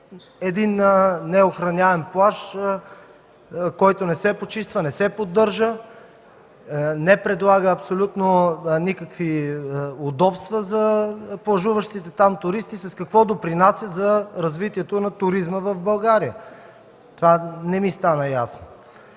един неохраняем плаж, който не се почиства, не се поддържа, не предлага абсолютно никакви удобства за плажуващите там туристи с какво допринася за развитието на туризма в България?! Това не ми стана ясно.